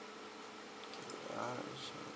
uh